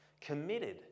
committed